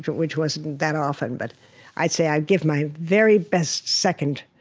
which wasn't that often, but i'd say i give my very best second,